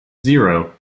zero